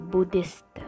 Buddhist